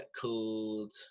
called